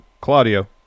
Claudio